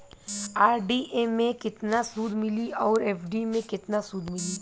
RD मे केतना सूद मिली आउर एफ.डी मे केतना सूद मिली?